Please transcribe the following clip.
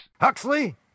Huxley